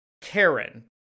Karen